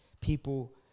people